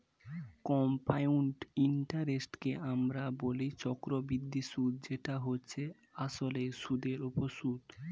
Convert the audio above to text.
compound ইন্টারেস্টকে আমরা বলি চক্রবৃদ্ধি সুদ যেটা হচ্ছে আসলে সুদের উপর সুদ